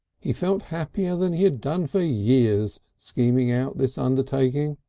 he felt happier than he had done for years scheming out this undertaking,